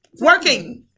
Working